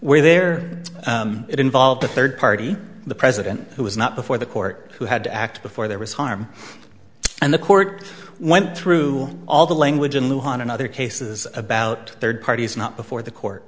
where there it involved a third party the president who was not before the court who had to act before there was harm and the court went through all the language and luan in other cases about third parties not before the court